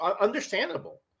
understandable